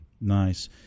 Nice